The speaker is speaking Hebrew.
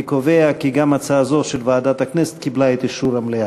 אני קובע כי גם הצעה זו של ועדת הכנסת קיבלה את אישור המליאה.